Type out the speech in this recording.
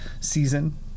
season